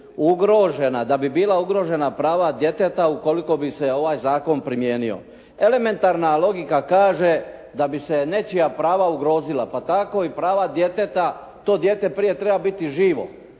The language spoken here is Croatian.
da bi bila ugrožena prava djeteta ukoliko bi se ovaj zakon primijenio. Elementarna logika kaže da bi se nečija prava ugrozila pa tako i prava djeteta to dijete prije treba biti živo.